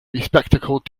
bespectacled